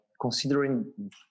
considering